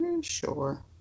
Sure